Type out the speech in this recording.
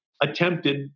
attempted